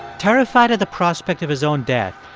terrified of the prospect of his own death,